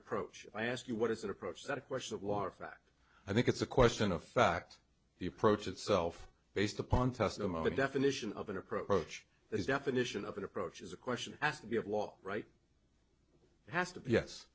approach i ask you what is an approach that question of water fact i think it's a question of fact the approach itself based upon testimony definition of an approach that is definition of an approach is a question has to be of law right